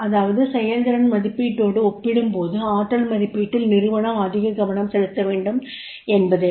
அதாவது செயல்திறன் மதிப்பீட்டோடு ஒப்பிடும்போது ஆற்றல் மதிப்பீட்டில் நிறுவனம் அதிக கவனம் செலுத்த வேண்டும் என்பதே